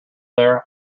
there